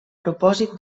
propòsit